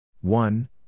one